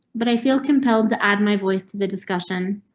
but i feel compelled to add my voice to the discussion.